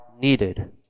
needed